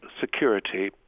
security